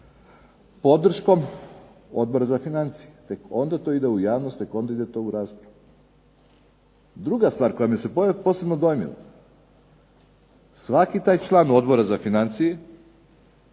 podrškom Odbora za financije, tek onda ide to u javnost, tek onda ide u raspravu. Druga stvar koja me se posebno dojmila, svaki taj član Odbora za financije,